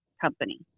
company